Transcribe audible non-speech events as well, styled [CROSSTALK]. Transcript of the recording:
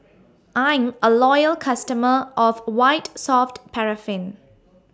[NOISE] I'm A Loyal customer of White Soft Paraffin